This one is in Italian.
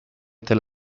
tel